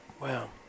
Wow